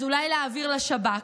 אז אולי להעביר לשב"כ?